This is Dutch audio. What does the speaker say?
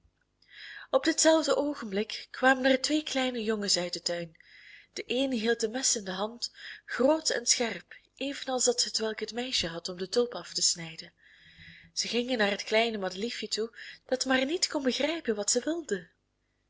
op dit zelfde oogenblik kwamen er twee kleine jongens uit den tuin de een hield een mes in de hand groot en scherp evenals dat hetwelk het meisje had om de tulpen af te snijden zij gingen naar het kleine madeliefje toe dat maar niet kon begrijpen wat zij wilden